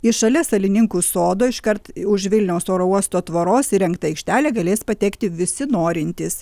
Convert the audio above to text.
į šalia salininkų sodo iškart už vilniaus oro uosto tvoros įrengtą aikštelę galės patekti visi norintys